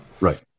right